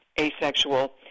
asexual